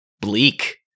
bleak